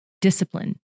discipline